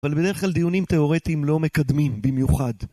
אבל בדרך כלל דיונים תיאורטיים לא מקדמים במיוחד.